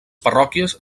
parròquies